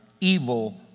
evil